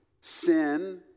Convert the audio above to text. Sin